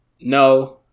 No